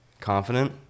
Confident